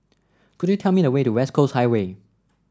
could you tell me the way to West Coast Highway